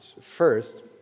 First